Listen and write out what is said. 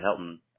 Helton